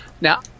Now